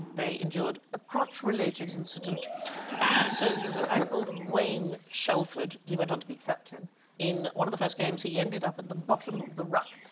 they endured a crotch-related incident and so there's a guy called wayne shelford. he went on to be captain in one of the first games he ended up at the bottom of the ruck.